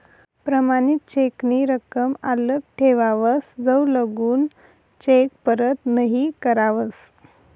प्रमाणित चेक नी रकम आल्लक ठेवावस जवलगून चेक परत नहीं करावस